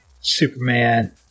Superman